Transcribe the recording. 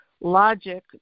logic